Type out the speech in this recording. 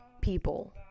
people